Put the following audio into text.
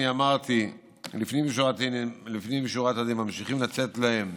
אני אמרתי שלפנים משורת הדין ממשיכים לתת להם,